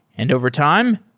and overtime,